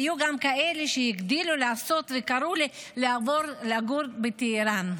היו גם כאלה שהגדילו לעשות וקראו לי לעבור לגור בטהראן.